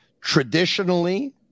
Traditionally